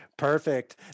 Perfect